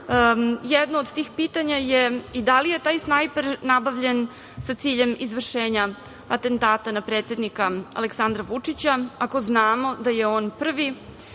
Jedno od tih pitanja je i da li je taj snajper nabavljen sa ciljem izvršenja atentata na predsednika Aleksandra Vučića, ako znamo da je on prvi